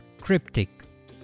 cryptic